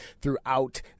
throughout